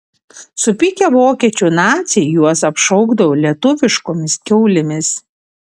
supykę vokiečių naciai juos apšaukdavo lietuviškomis kiaulėmis